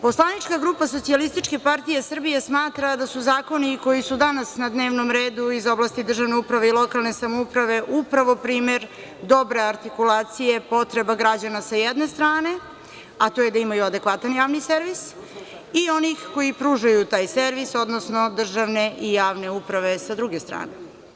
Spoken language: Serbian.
Poslanička grupa SPS smatra da su zakoni koji su danas na dnevnom redu iz oblasti državne uprave i lokalne samouprave, upravo primer dobre artikulacije potrebe građana sa jedne strane, a to je da imaju adekvatan javni servis i onih koji pružaju taj servis odnosno državne i javne uprave sa druge strane.